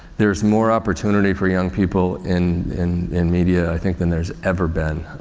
there's more opportunity for young people in, in, in media than there's ever been.